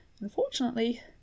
Unfortunately